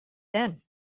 then